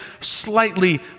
slightly